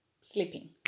sleeping